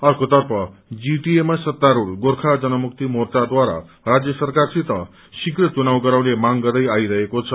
आर्केतर्फ GTA मा सत्तास्रूढ़ गोर्खा जनमुक्ति मोर्चाद्वारा राज्य सरकारसित शीप्र चुनाव गराउने मांग गर्दै आइरहेको छ